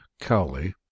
cowley